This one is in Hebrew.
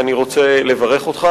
אני רוצה לברך אותך.